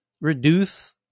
reduce